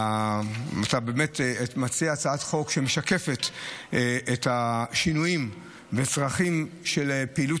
אתה מציע הצעת חוק שמשקפת את השינויים והצרכים של פעילות